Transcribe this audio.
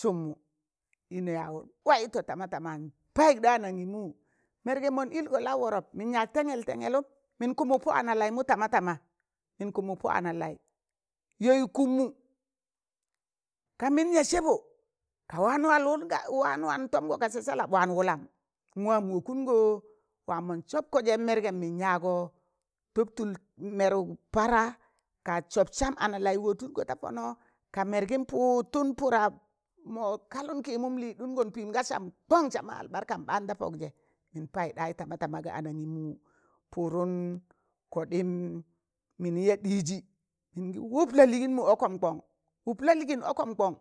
sụmmụ ịnọ yaan waịtọ tamatama, n payụk ɗa anangịmụ, mẹrgẹm mọn ịlgọ laụ wọrọp mịn yaag tẹnẹl tẹlẹlụm, mịn kụmụk pọ ana laịmụ tama tama, mịn kụmụk pọ ana laị yọyụk kụmmụ ka mịn ya sẹbọ ka waan wan tamgọ ga sasalap waan wụlụm a wam wọkụm go wa mọn sap kọ zẹ a mẹrgẹm mịn yaagọ tọb tụl mẹrụk para ka sọp sam ana laị watụrọ ta pọnọ ka mẹrgị, pụtụn pụra mo kalụn kịmụn lịị ɗụngon pịị mị ga sam kọn sama albarkan ɓaan da pọmzẹ mịn paiɗayị tamatama, ga anangịmụ pụdụn koɗịm mịnị ya ɗịịzị mịn wụp lalịịnmụ ọkọm kọn wụp lọ lịịn ọkọm kọn.